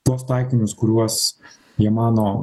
tuos taikinius kuriuos jie mano